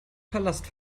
palast